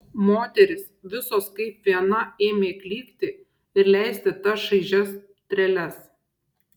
moterys visos kaip viena ėmė klykti ir leisti tas šaižias treles